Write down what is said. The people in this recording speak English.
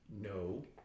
No